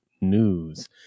news